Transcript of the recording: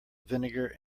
vinegar